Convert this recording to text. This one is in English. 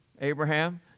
Abraham